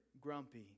grumpy